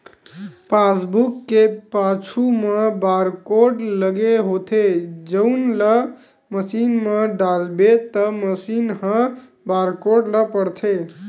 passbook के पाछू म बारकोड लगे होथे जउन ल मसीन म डालबे त मसीन ह बारकोड ल पड़थे